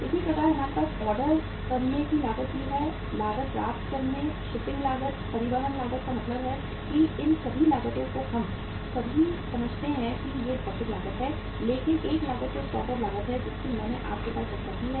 इसी प्रकार हमारे पास ऑर्डर करने की लागत भी है लागत प्राप्त करने शिपिंग लागत परिवहन लागत का मतलब है कि इन सभी लागतों को हम सभी समझते हैं कि ये भौतिक लागत हैं लेकिन एक लागत जो स्टॉक आउट लागत है जिसकी मैंने आपके साथ चर्चा की है